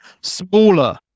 smaller